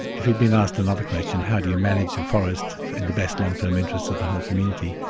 if he'd been asked another question how do you manage a forest in the best long term interests of the whole community?